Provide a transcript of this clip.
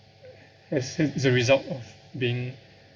as it is the result of being